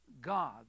God